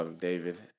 David